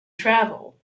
travel